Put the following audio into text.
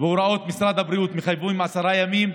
והוראות משרד הבריאות מחייבים עשרה ימים.